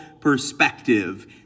perspective